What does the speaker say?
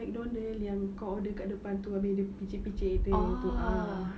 mcdonald's yang kau order kat depan tu abeh dia picit picit yang itu ah